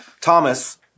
Thomas